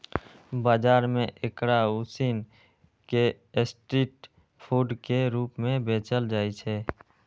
बाजार मे एकरा उसिन कें स्ट्रीट फूड के रूप मे बेचल जाइ छै